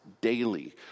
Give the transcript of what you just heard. daily